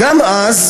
גם אז